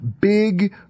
big